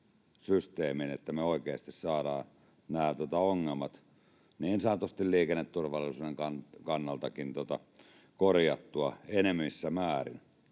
että me oikeasti saadaan nämä ongelmat niin sanotusti liikenneturvallisuuden kannaltakin korjattua enenevissä määrin.